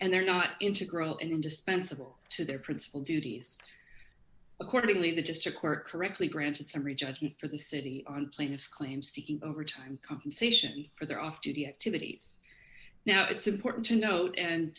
and they're not integral and indispensable to their principal duties accordingly the district court correctly granted summary judgment for the city on plaintiff's claim seeking overtime compensation for their off duty activities now it's important to note and